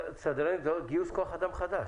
סדרנים זה עוד גיוס כוח אדם חדש.